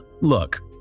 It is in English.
look